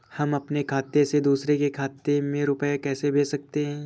हम अपने खाते से दूसरे के खाते में रुपये कैसे भेज सकते हैं?